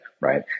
right